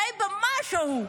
אולי במשהו?